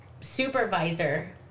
supervisor